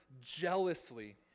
jealously